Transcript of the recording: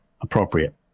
appropriate